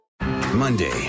Monday